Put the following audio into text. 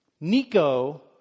Nico